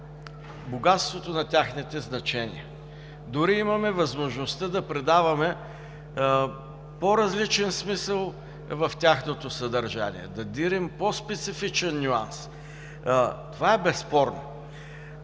богатството на техните значения, дори имаме възможността да предаваме по-различен смисъл в тяхното съдържание, да дирим по специфичен нюанс. Това е безспорно!